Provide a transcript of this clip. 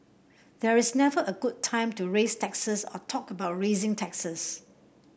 there is never a good time to raise taxes or talk about raising taxes